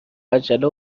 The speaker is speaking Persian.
عجله